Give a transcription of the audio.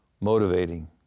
motivating